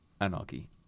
Anarchy